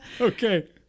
okay